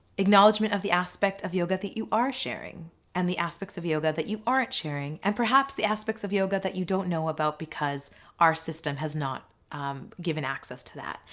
acknowledgement of the aspect of yoga that you are sharing and the aspects of yoga that you aren't sharing, and perhaps the aspects of yoga that you don't know about because our system has not given access to that.